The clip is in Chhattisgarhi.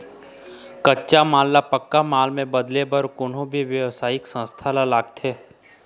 कच्चा माल ल पक्का माल म बदले बर कोनो भी बेवसायिक संस्था ल लागथे